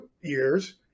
years